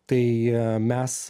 tai mes